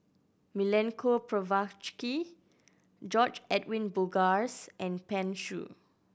Milenko Prvacki George Edwin Bogaars and Pan Shou